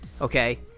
okay